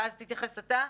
ואז תתייחס אתה.